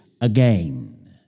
again